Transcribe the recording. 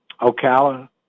Ocala